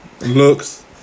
looks